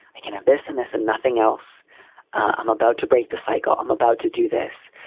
i can have this and this and nothing else, i'm about to break the cycle. i'm about to do this.